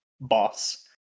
boss